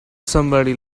somebody